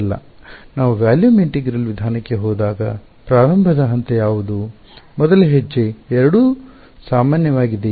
ನಾವು volume integral ವಿಧಾನಕ್ಕೆ ಹೋದಾಗ ಪ್ರಾರಂಭದ ಹಂತ ಯಾವುದು ಮೊದಲ ಹೆಜ್ಜೆ ಎರಡಕ್ಕೂ ಸಾಮಾನ್ಯವಾಗಿದೆಯೇ